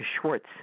Schwartz